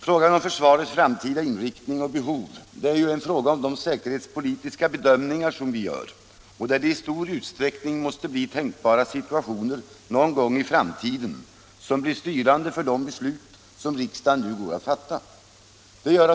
Frågan om försvarets framtida inriktning och behov är en fråga om de säkerhetspolitiska bedömningar som vi gör. I stor utsträckning måste det bli tänkbara situationer någon gång i framtiden som blir styrande för de beslut som riksdagen har att fatta.